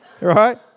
right